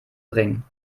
bringen